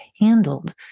handled